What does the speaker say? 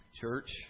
Church